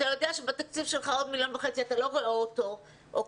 אתה יודע שבתקציב שלך עוד 1,500,000 אתה לא רואה אותו אוקיי?